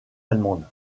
allemande